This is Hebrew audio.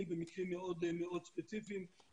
במקרים מאוד מאוד ספציפיים לפי המצב שנמצא באותה מדינה.